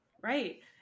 Right